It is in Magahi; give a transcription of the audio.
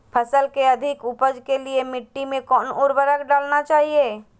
फसल के अधिक उपज के लिए मिट्टी मे कौन उर्वरक डलना चाइए?